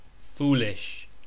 Foolish